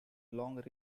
long